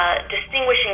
distinguishing